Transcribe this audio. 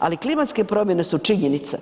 Ali klimatske promjene su činjenica,